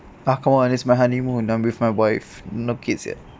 ah come on it's my honeymoon I'm with my wife no kids yet